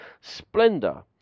Splendor